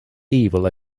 evil